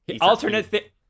alternate